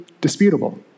Disputable